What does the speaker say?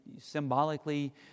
symbolically